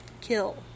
kill